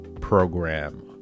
program